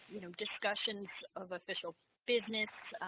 you know discussions of official business?